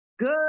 Good